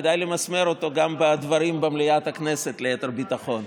כדאי למסמר אותו גם בדברים במליאת הכנסת ליתר ביטחון.